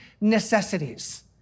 necessities